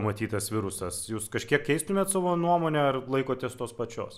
matytas virusas jūs kažkiek keistumėt savo nuomonę ar laikotės tos pačios